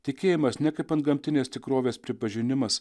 tikėjimas ne kaip antgamtinės tikrovės pripažinimas